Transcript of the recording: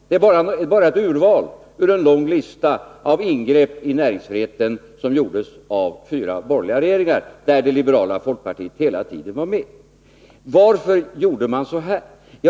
Detta är bara ett urval ur en lång lista av ingrepp i näringsfriheten som gjordes av fyra borgerliga regeringar, där det liberala folkpartiet hela tiden var med. Varför gjorde man så här?